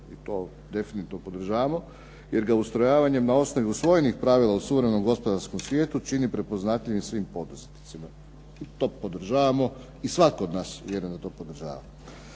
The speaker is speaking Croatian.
Mi to definitivno podržavamo. Jer ga ustrojavanjem na osnovi usvojenih pravila u suvremenom gospodarskom svijetu čini prepoznatljivim svim poduzetnicima. To podržavamo, i svatko od nas vjerujem da to podržava.